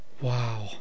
wow